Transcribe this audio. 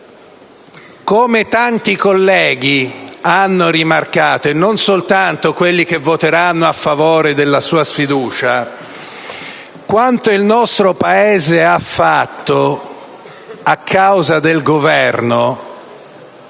come tanti colleghi hanno rimarcato - e non soltanto quelli che voteranno a favore della mozione di sfiducia - quanto il nostro Paese ha fatto, a causa del Governo,